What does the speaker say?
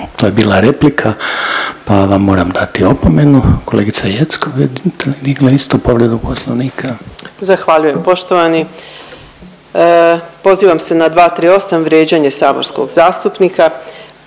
to je bila replika, pa vam moram dati opomenu. Kolegica Jeckov je digla isto povredu Poslovnika. **Jeckov, Dragana (SDSS)** Zahvaljujem poštovani. Pozivam se na 238., vrijeđanje saborskog zastupnika